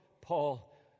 Paul